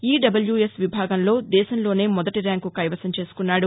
EWS విభాగంలో దేశంలోనే మొదటి ర్యాంకు కైవసం చేసుకున్నాడు